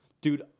Dude